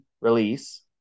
release